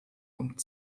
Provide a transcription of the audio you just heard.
und